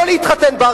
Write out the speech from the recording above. לא להתחתן בה.